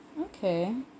Okay